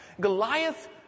Goliath